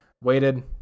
waited